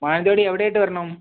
മാനന്തവാടി എവിടെയായിട്ട് വരണം